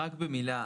רק במילה.